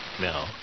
No